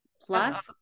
Plus